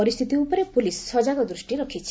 ପରିସ୍ଥିତି ଉପରେ ପୁଲିସ୍ ସଜାଗ ଦୃଷ୍ଟି ରଖିଛି